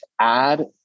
add